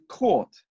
court